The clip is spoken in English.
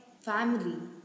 family